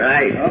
Right